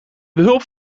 behulp